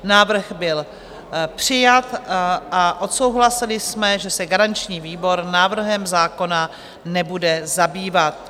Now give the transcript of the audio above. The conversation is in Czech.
Návrh byl přijat a odsouhlasili jsme, že se garanční výbor návrhem zákona nebude zabývat.